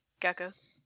geckos